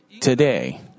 today